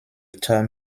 term